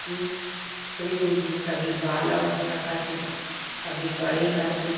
कि कृष्ण जी कभी बाल अवस्था का चित्र कभी बड़े का चित्र